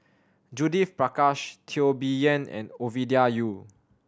Judith Prakash Teo Bee Yen and Ovidia Yu